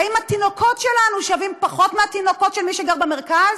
ואני שואלת: האם התינוקות שלנו שווים פחות מהתינוקות של מי שגר במרכז?